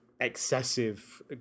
excessive